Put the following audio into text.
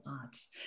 Arts